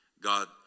God